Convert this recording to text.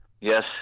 Yes